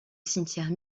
cimetière